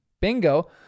Bingo